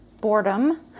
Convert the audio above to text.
boredom